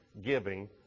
giving